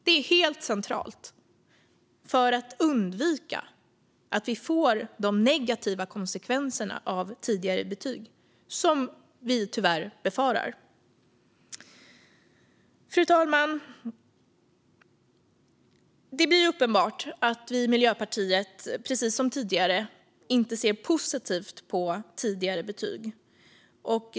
Det är helt centralt för att undvika de negativa konsekvenser av tidigare betyg som vi tyvärr befarar. Fru talman! Det blir uppenbart att vi i Miljöpartiet, precis som tidigare, inte ser positivt på tidigare betyg.